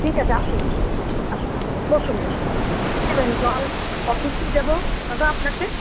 ঠিক আছে আসুন আসুন আসুন বসুন বসুন এবারে জল কফি কী দেবো দাদা আপনাকে